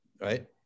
Right